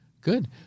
Good